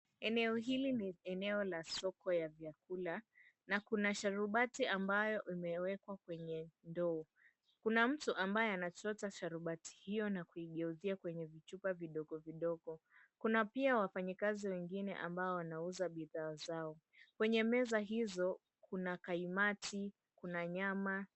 Eneo hili ni eneo la soko ya vyakula, na kuna sharubati ambayo imewekwa kwenye ndoo. Kuna mtu ambaye anachota sharubati hiyo na kuigeuzia kwenye vichupa vidogo vidogo. Kuna pia wafanyakazi wengine ambao wanauza bidhaa zao. Kwenye meza hizo kuna kaimati, kuna nyama.